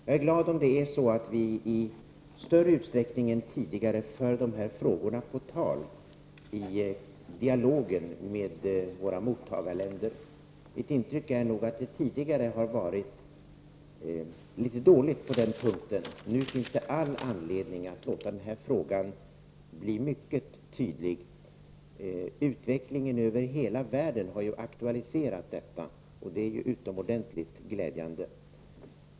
Jag är glad om vi i större utsträckning än tidigare för de här frågorna på tal i dialogen med våra mottagarländer. Mitt intryck är nog att det tidigare har varit litet dåligt på den punkten. Nu finns det all anledning att låta den här frågan bli mycket tydlig. Utvecklingen över hela världen har ju aktualiserat detta, och det är utomordentligt glädjande.